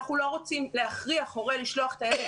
אנחנו לא רוצים להכריח הורה לשלוח את הילד